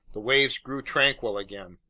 the waves grew tranquil again.